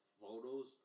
photos